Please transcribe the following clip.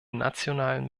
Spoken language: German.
nationalen